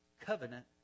covenant